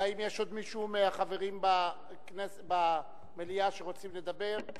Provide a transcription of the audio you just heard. האם יש עוד מישהו מהחברים במליאה שרוצה לדבר?